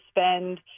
spend